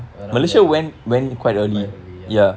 around there quite early ya